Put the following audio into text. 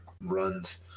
runs